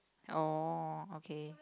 oh okay